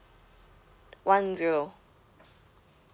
one zero